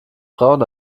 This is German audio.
frauen